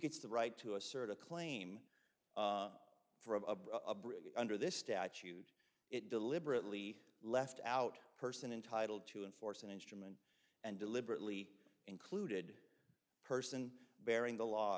gets the right to assert a claim for a bridge under this statute it deliberately left out person entitle to enforce an instrument and deliberately included a person bearing the law